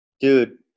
Dude